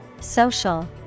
Social